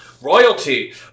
Royalty